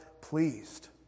pleased